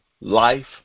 life